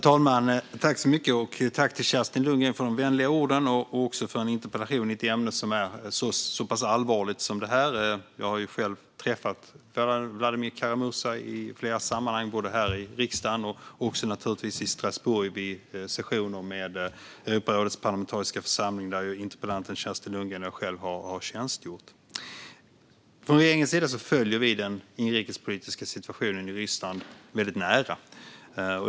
Herr talman! Tack, Kerstin Lundgren, för de vänliga orden och också för en interpellation i ett ämne som är så pass allvarligt som detta! Jag har själv träffat Vladimir Kara-Murza i flera sammanhang, både här i riksdagen och naturligtvis också i Strasbourg vid sessioner med Europarådets parlamentariska församling, där ju interpellanten Kerstin Lundgren själv har tjänstgjort. Från regeringens sida följer vi den inrikespolitiska situationen i Ryssland väldigt nära.